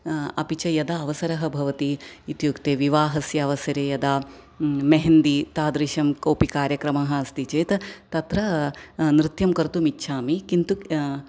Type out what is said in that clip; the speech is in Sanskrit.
अपि च यदा अवसरः भवति इत्युक्ते विवाहस्य अवसरे यदा मेहन्दी तादृशं कोपि कार्यक्रमः अस्ति चत् तत्र नृत्यं कर्तुम् इच्छामि किन्तु